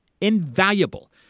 invaluable